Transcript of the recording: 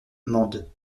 mende